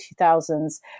2000s